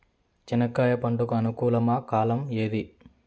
చెనక్కాయలు పంట కు అనుకూలమా కాలం ఏది?